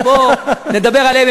אז בוא נדבר עליהם,